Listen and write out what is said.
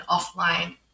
offline